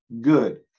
good